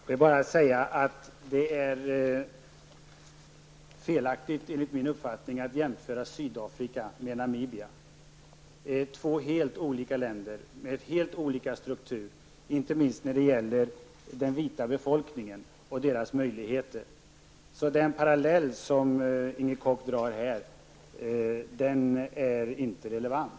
Fru talman! Jag vill bara säga att det enligt min uppfattning är fel att jämföra Sydafrika med Namibia. Det är två helt olika länder med helt olika strukturer, inte minst när det gäller den vita befolkningen och dess möjligheter. Den parallell som Ingrid Koch drog är därför inte relevant.